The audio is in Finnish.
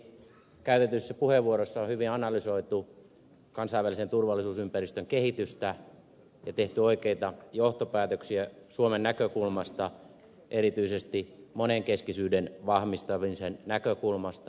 mielestäni käytetyissä puheenvuoroissa on hyvin analysoitu kansainvälisen turvallisuusympäristön kehitystä ja tehty oikeita johtopäätöksiä suomen näkökulmasta erityisesti monenkeskisyyden vahvistamisen näkökulmasta